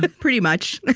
but pretty much. like